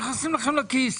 נכנסים לכם לכיס.